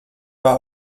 war